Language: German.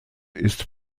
ist